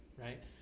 right